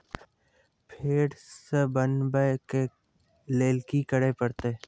फेर सॅ बनबै के लेल की करे परतै?